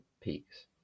peaks